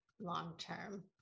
long-term